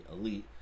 elite